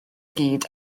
gyd